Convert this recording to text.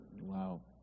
Wow